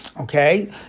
Okay